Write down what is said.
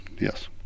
Yes